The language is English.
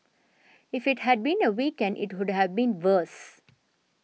if it had been a weekend it would have been worse